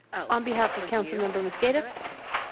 on behalf of council member must data. but